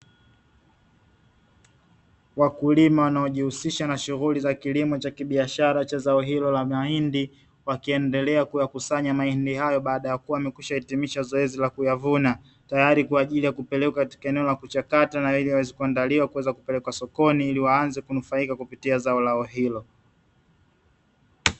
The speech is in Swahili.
wakulima wanaojihusisha na shughuli za kilimo cha kibiashara cha zao hilo la mahindi, wakiendelea kuyakusanya mahindi hayo baada ya kuwa amekwisha hitimisha zoezi la kuyavuna tayari kwa ajili ya kupelekwa katika eneo la kuchakata na ili waweze kuandaliwa kuweza kupelekwa sokoni ili waanze kunufaika kupitia zao lao hilo.